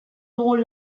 dugun